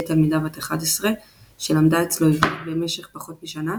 תלמידה בת 11 שלמדה אצלו עברית במשך פחות משנה,